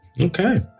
Okay